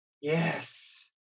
Yes